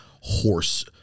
horse